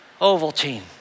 Ovaltine